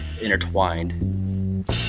intertwined